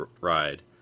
ride